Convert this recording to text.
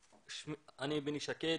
אני ביני שקד,